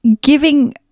giving